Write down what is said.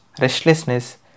restlessness